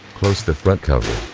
close the front cover.